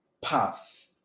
path